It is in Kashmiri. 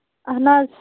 اَہَن حظ